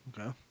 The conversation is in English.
Okay